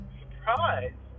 surprise